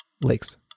Lakes